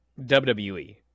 WWE